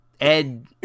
Ed